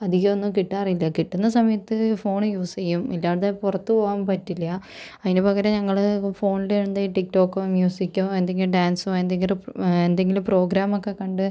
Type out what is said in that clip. അധികം ഒന്നും കിട്ടാറില്ല കിട്ടുന്ന സമയത്ത് ഫോൻ യൂസ് ചെയ്യും ഇല്ലാതെ പുറത്ത് പോകാൻ പറ്റില്ല അതിന് പകരം ഞങ്ങൾ ഫോണിലെന്തെങ്കിലും ടിക്ടോക്കോ മ്യൂസിക്കോ എന്തെങ്കിലും ഡാൻസോ എന്തെങ്കിലും എന്തെങ്കിലും പ്രോഗ്രാം ഒക്കെ കണ്ട്